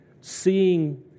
Seeing